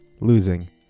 losing